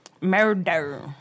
murder